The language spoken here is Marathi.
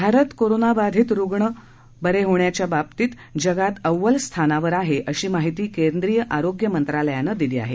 भारत कोरोनाबाधित रुग्ण बरे होण्याच्याबाबतीत भारत जगात अव्वल स्थानावर आहे अशी माहिती केंद्रीय आरोग्य मंत्रालयानं दिली आहे